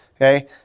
Okay